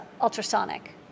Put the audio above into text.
ultrasonic